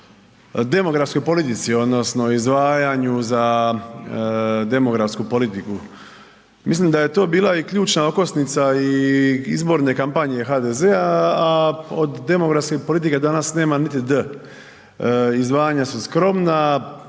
demografskoj politici, odnosno izdvajanju za demografsku politiku. Mislim da je to bila i ključna okosnica i izborne kampanje HDZ-a a od demografske politike danas nema niti D. Izdvajanja su skromna,